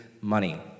money